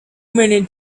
many